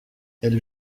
elle